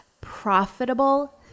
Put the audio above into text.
profitable